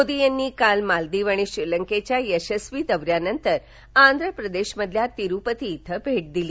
मोदी यांनी काल मालदीव आणि श्रीलंकेच्या यशस्वी दौऱ्यानंतर आंध्रप्रदेशमधील तिरुपती येथे भेट दिली